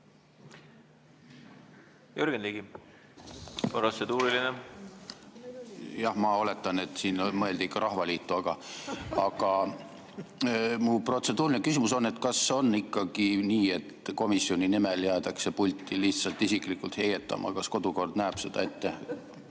Jürgen Ligi, protseduuriline. Ma oletan, et siin mõeldi ikka Rahvaliitu. Aga mu protseduuriline küsimus on, et kas on ikkagi nii, et komisjoni nimel jäädakse pulti lihtsalt isiklikult heietama. Kas kodukord näeb seda ette,